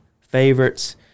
favorites